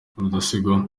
rudasingwa